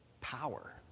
Power